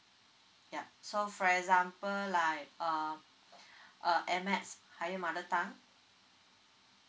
ya so for example like uh uh add math higher mother tongue